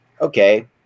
okay